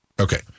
Okay